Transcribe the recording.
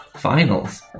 Finals